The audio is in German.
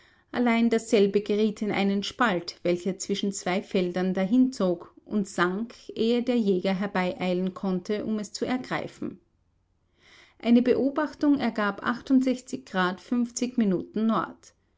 allein dasselbe geriet in einen spalt welcher zwischen zwei feldern dahinzog und sank ehe der jäger herbeieilen konnte um es zu ergreifen eine beobachtung ergab